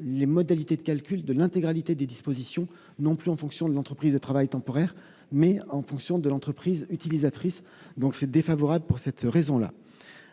les modalités de calcul de l'intégralité des dispositions, non plus en fonction de l'entreprise de travail temporaire, mais en fonction de l'entreprise utilisatrice. Avis défavorable. Avis défavorable sur les amendements